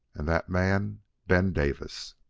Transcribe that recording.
and that man ben davis.